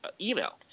email